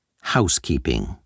Housekeeping